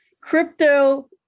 crypto